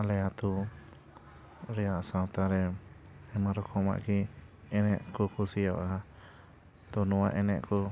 ᱟᱞᱮ ᱟᱹᱛᱩ ᱨᱮᱭᱟᱜ ᱥᱟᱶᱛᱟ ᱨᱮ ᱟᱭᱢᱟ ᱨᱚᱠᱚᱢᱟᱜ ᱜᱮ ᱮᱱᱮᱡ ᱠᱚ ᱠᱩᱥᱤᱭᱟᱜᱼᱟ ᱛᱳ ᱱᱚᱣᱟ ᱮᱱᱮᱡᱽ ᱠᱚ